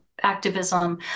activism